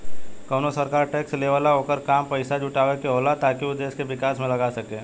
कवनो सरकार टैक्स लेवेला ओकर काम पइसा जुटावे के होला ताकि उ देश के विकास में लगा सके